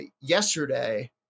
yesterday